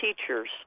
teachers